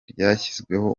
ryashyizweho